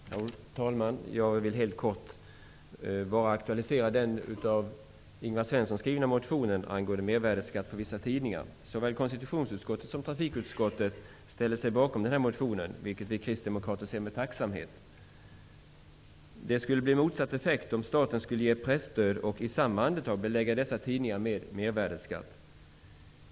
Herr talman! Jag vill helt kort bara aktualisera den av Ingvar Svensson väckta motionen om mervärdesskatt på vissa tidningar. Såväl konstitutionsutskottet som trafikutskottet ställer sig bakom motionen, vilket vi kristdemokrater ser med tacksamhet. Det skulle bli motsatt effekt om staten skulle ge presstöd och i samma andetag belägga dessa tidningar med mervärdesskatt.